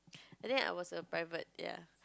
and then I was a private ya